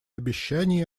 обещаний